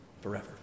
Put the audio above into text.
forever